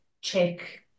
check